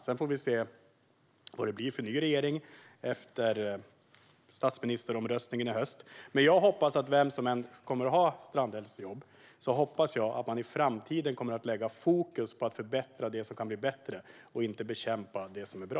Sedan får vi se vad det blir för ny regering efter statsministeromröstningen i höst. Jag hoppas att vem som än får Strandhälls jobb i framtiden kommer att lägga fokus på att förbättra det som kan bli bättre och inte bekämpa det som är bra.